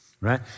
Right